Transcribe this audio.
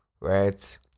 right